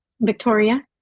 Victoria